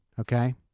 Okay